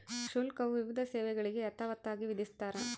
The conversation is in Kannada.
ಶುಲ್ಕವು ವಿವಿಧ ಸೇವೆಗಳಿಗೆ ಯಥಾವತ್ತಾಗಿ ವಿಧಿಸ್ತಾರ